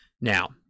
Now